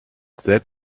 that